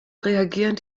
reagieren